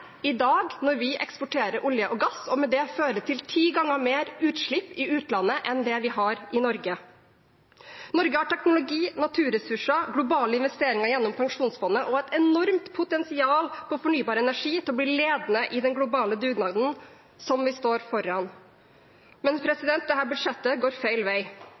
i dag når vi eksporterer olje og gass som fører til ti ganger mer utslipp i utlandet enn det vi har i Norge. Norge har teknologi, naturressurser, globale investeringer gjennom pensjonsfondet og et enormt potensial innen fornybar energi for å bli ledende i den globale dugnaden som vi står foran. Men dette budsjettet går feil vei.